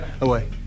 Away